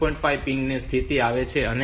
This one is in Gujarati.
5 પિનની સ્થિતિ આવશે અને આ 5